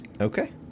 Okay